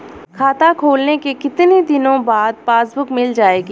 खाता खोलने के कितनी दिनो बाद पासबुक मिल जाएगी?